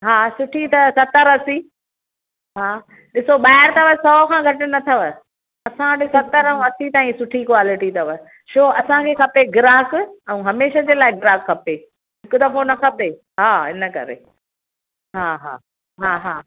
हा सुठी त सतरि असी हा ॾिसो ॿाहिरि त सौ खां घटि न अथव असां वटि सतरि अऊं असी ताईं सुठी क्वालिटी अथव छो असांखे खपे ग्राहकु अऊं हमेशा जे लाइ ग्राहकु खपे हिकु दफ़ो न खपे हा हिन करे हा हा हा हा